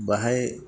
बेहाय